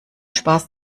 spaß